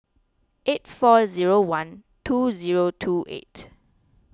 eight four zero one two zero two eight